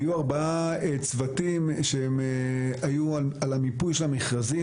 היו ארבעה צוותים שהיו על המיפוי של המכרזים,